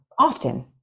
often